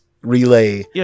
relay